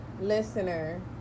Listener